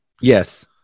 yes